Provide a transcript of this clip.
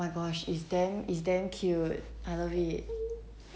my gosh he's he's damm cute I love it